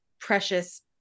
precious